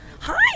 hi